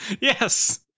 Yes